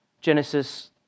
Genesis